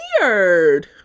weird